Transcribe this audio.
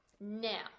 now